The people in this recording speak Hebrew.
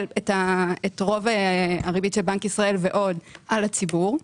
את רוב הריבית של בנק ישראל ועוד על הציבור,